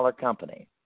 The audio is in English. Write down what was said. company